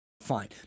fine